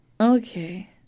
Okay